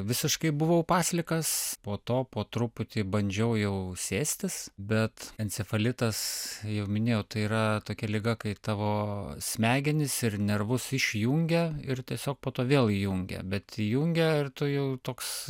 visiškai buvau paslikas po to po truputį bandžiau jau sėstis bet encefalitas jau minėjau tai yra tokia liga kaip tavo smegenys ir nervus išjungia ir tiesiog po to vėl įjungia bet įjungia ir tu jau toks